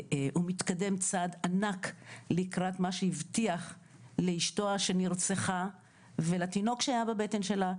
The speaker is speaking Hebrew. הוא מתקדם צעד ענק לקראת מה שהבטיח לאשתו שנרצחה ולתינוק שהיה בבטן שלה,